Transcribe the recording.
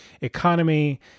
economy